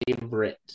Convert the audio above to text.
favorite